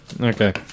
Okay